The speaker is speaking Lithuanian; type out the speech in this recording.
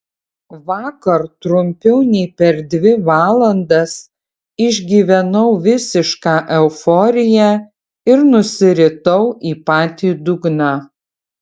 vakar trumpiau nei per dvi valandas išgyvenau visišką euforiją ir nusiritau į patį dugną